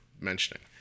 mentioning